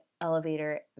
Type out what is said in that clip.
elevator